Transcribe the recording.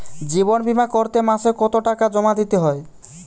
জীবন বিমা করতে মাসে কতো টাকা জমা দিতে হয়?